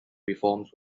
reforms